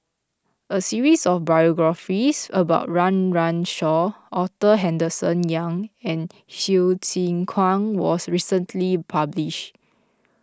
a series of biographies about Run Run Shaw Arthur Henderson Young and Hsu Tse Kwang was recently published